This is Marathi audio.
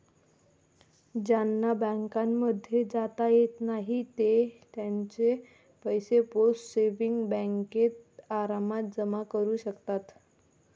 ज्यांना बँकांमध्ये जाता येत नाही ते त्यांचे पैसे पोस्ट सेविंग्स बँकेत आरामात जमा करू शकतात